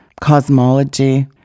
cosmology